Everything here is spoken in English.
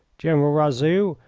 general razout,